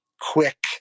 quick